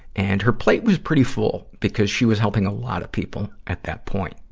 and her plate was pretty full, because she was helping a lot of people at that point.